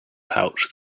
pouch